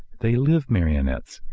they live marionettes,